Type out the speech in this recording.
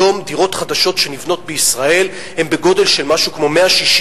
היום דירות חדשות שנבנות בישראל הן בגודל של 160,